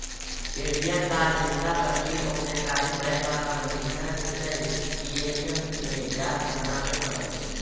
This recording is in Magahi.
ए.टी.एम कार्ड मिलला पर पिन ओकरे साथे बैक बाला महिना देतै कि ए.टी.एम में जाके बना बे पड़तै?